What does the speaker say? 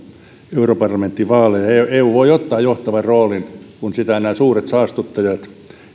europarlamenttivaaleja ja ja eu voi ottaa johtavan roolin kun sitä nämä suuret saastuttajat